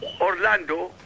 Orlando